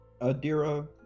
Adira